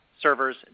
servers